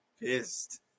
pissed